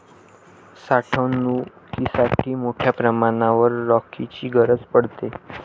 साठवणुकीसाठी मोठ्या प्रमाणावर रॅकची गरज पडते